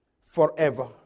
Forever